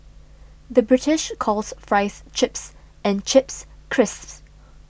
the British calls Fries Chips and Chips Crisps